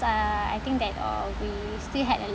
like I think that uh we still had a